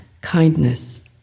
kindness